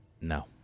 No